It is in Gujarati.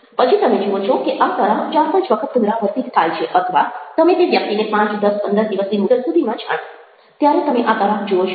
પછી તમે જુઓ છો કે આ તરાહ ચાર પાંચ વખત પુનરાવર્તિત થાય છે અથવા તમે તે વ્યક્તિને પાંચ દસ પંદર દિવસની મુદત સુધીમાં જાણો ત્યારે તમે આ તરાહ જુઓ છો